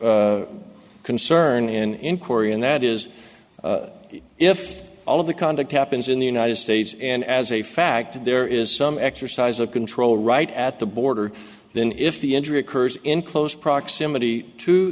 concern and in korea and that is if all of the conduct happens in the united states and as a fact there is some exercise of control right at the border then if the injury occurs in close proximity to